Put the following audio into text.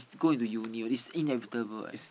go into uni all these inevitable eh